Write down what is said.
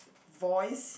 voice